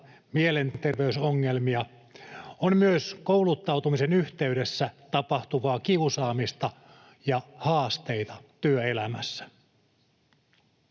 mielenterveysongelmia. On myös kouluttautumisen yhteydessä tapahtuvaa kiusaamista ja haasteita työelämässä.